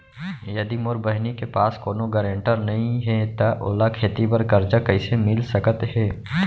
यदि मोर बहिनी के पास कोनो गरेंटेटर नई हे त ओला खेती बर कर्जा कईसे मिल सकत हे?